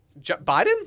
Biden